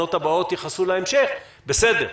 וההזמנות הבאות יכסו להמשך בסדר.